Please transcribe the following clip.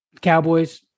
Cowboys